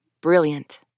Brilliant